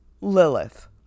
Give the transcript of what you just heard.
Lilith